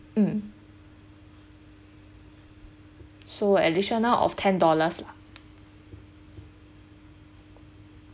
mm so additional of ten dollars lah